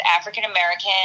African-American